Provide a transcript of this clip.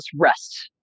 rest